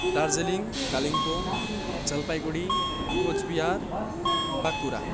Darjeeling Kalimpong Jalpaiguri Coochbehar Bankura